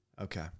Okay